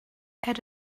add